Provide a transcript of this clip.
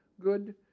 good